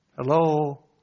Hello